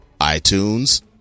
iTunes